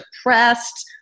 depressed